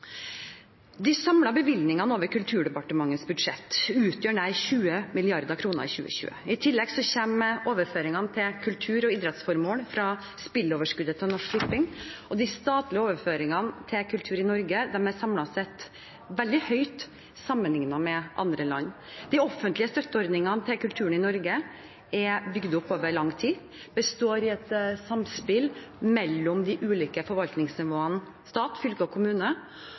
De samlede bevilgningene over Kulturdepartementets budsjett utgjør nær 20 mrd. kr i 2020. I tillegg kommer overføringene til kultur- og idrettsformål fra spilleoverskuddet til Norsk Tipping. De statlige overføringene til kultur i Norge er samlet sett veldig høye, sammenlignet med andre land. De offentlige støtteordningene til kulturen i Norge er bygd opp over lang tid og består i et samspill mellom de ulike forvaltningsnivåene – stat, fylke og kommune.